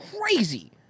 crazy